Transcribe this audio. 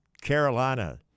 Carolina